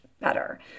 better